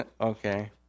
Okay